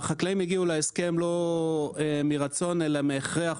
החקלאים הגיעו להסכם לא מרצון אלא מהכרח,